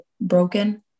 broken